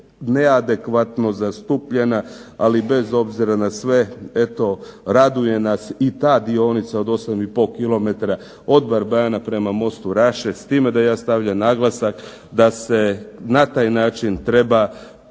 neadekvatno zastupljena, ali bez obzira na sve eto raduje nas i ta dionica od 8,5km od Barbana prema mostu Raše s time da ja stavljam naglasak da se na taj način treba